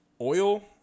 oil